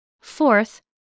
Fourth